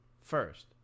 first